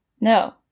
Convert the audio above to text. No